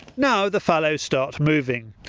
now the fallow start moving.